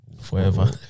Forever